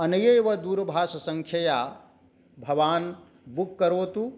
अनयैव दूरभाषसङ्ख्यया भवान् बुक करोतु